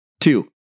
Two